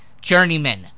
journeyman